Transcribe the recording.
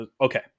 Okay